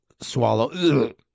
swallow